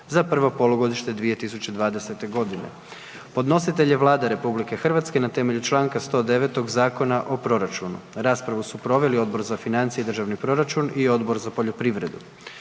za prvo polugodište 2020. godine; Podnositelj je Vlada RH na temelju čl. 109. Zakona o proračunu. Raspravu su proveli Odbor za financije i državni proračun i Odbor za poljoprivredu.